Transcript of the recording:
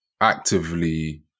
actively